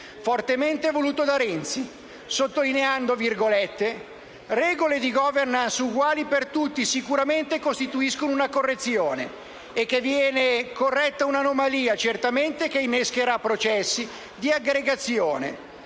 fortemente voluto da Renzi, sottolineando: "regole di *governance* uguali per tutti sicuramente costituiscono una correzione" e che "viene corretta un'anomalia che certamente innescherà processi di aggregazione.